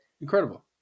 Incredible